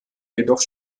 jedoch